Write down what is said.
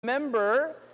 Remember